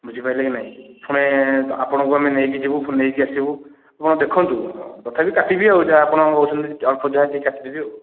ବୁଝିପାଇଲେ କି ନାହିଁ ପୁଣି ଆମେ ଆପଣଙ୍କୁ ନେଇକି ଯିବୁ ପୁଣି ନେଇକି ଆସିବୁ ଆପଣ ଦେଖନ୍ତୁ ତଥାପି କାଟିବି ଆଉ ଯାହା ଆପଣ କହୁଛନ୍ତି ଅଳ୍ପ ଯାହା ଟିକେ କାଟିଦେବି ଆଉ